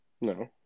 No